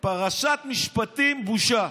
"פרשת משפטים, בושה".